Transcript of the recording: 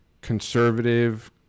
conservative